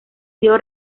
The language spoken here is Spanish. sido